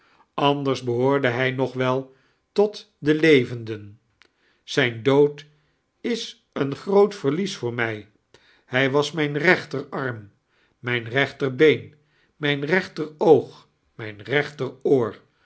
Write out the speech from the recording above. anders behoorde hij nog wel tot de levendeo zijn dood is een groot verlies voor mij hij was mijn reenter arm mijn nech ter been mijn